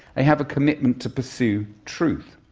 they have a commitment to pursue truth.